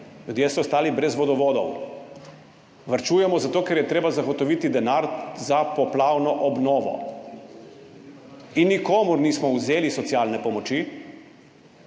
ljudje so ostali brez vodovodov. Varčujemo zato, ker je treba zagotoviti denar za poplavno obnovo. Nikomur nismo vzeli socialne pomoči,